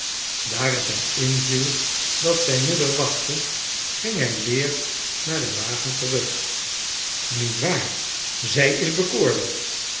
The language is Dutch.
daar het hem inviel dat zijn moeder wachtte ging hij weer naar den waggon terug niet waar zij is bekoorlijk